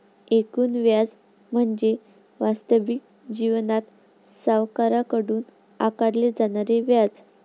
एकूण व्याज म्हणजे वास्तविक जीवनात सावकाराकडून आकारले जाणारे व्याज